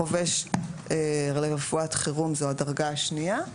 חובש לרפואת חירום זו הדרגה השנייה,